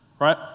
right